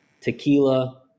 tequila